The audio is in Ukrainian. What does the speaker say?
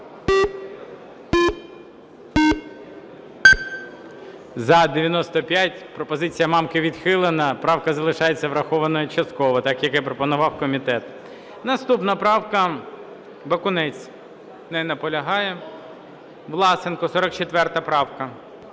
За-95 Пропозиція Мамки відхилена. Правка залишається врахованою частково, так як і пропонував комітет. Наступна правка Бакунець. Не наполягає. Власенко, 44 правка.